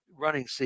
running